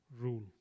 rule